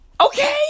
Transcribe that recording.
Okay